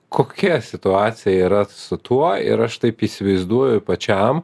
kokia situacija yra su tuo ir aš taip įsivaizduoju pačiam